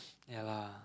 ya lah